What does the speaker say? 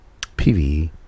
PvE